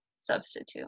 substitute